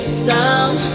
sound